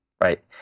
right